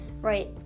Right